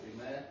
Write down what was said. Amen